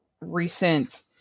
recent